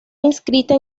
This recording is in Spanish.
inscrita